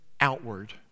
outward